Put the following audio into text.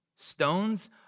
Stones